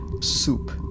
soup